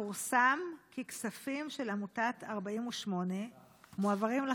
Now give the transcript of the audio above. פורסם כי כספים של עמותת 48 מועברים לחמאס.